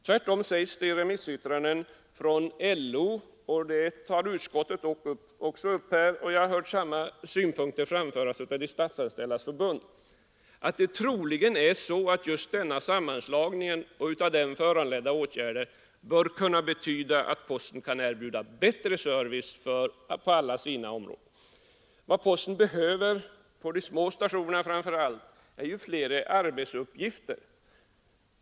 Tvärtom blir det troligen så — det sägs i remissyttrandet från LO, utskottet tar också upp det, och jag har hört samma synpunkter framföras av Statsanställdas förbund — att just denna sammanslagning och av den föranledda åtgärder bör kunna betyda att posten kan erbjuda bättre service på alla sina områden. Vad posten behöver, framför allt på de små stationerna, är ju flera arbetsuppgifter.